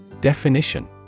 Definition